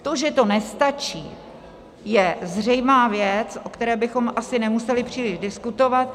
To, že to nestačí, je zřejmá věc, o které bychom asi nemuseli příliš diskutovat.